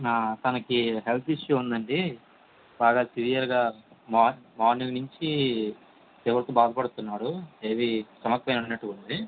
తనకి health issue ఉంది అండి బాగా సివియర్గా మార్న్ మార్నింగ్ నుంచి ఫీవర్తో బాధపడుతున్నాడు హెవీ స్టమక్ పెయిన్ ఉన్నట్టుగా ఉంది